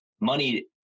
money